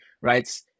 right